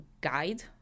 guide